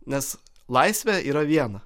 nes laisvė yra viena